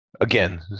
again